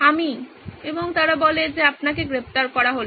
আমিই এবং তারা বলে যে আপনাকে গ্রেপ্তার করা হলো